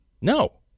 No